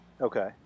Okay